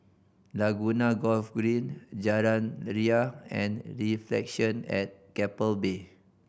Laguna Golf Green Jalan Ria and Reflection at Keppel Bay